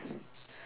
correct ah